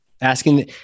asking